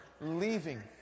leaving